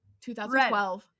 2012